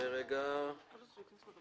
לגבי ערוץ 20